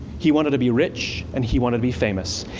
he wanted to be rich, and he wanted to be famous.